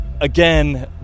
again